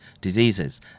diseases